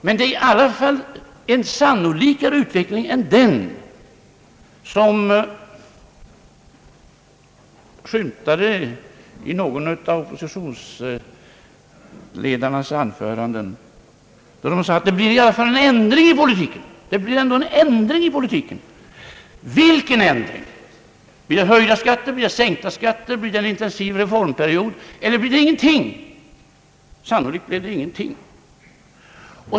Det är i alla fall en sannolikare utveckling än den som skymtade i ett anförande av någon oppositionsledare, när han sade att det blir ändå en ändring i politiken. Vilken ändring? Blir det höjda skatter, blir det sänkta skatter, blir det en intensiv reformperiod eller blir det ingenting? Sannolikt blir det ingenting.